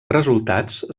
resultats